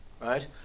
right